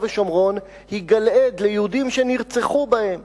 ושומרון היא גלעד ליהודים שנרצחו בהם